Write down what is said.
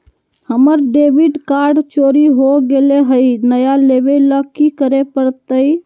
हमर debit card चोरी हो गेले हई, नया लेवे ल की करे पड़तई?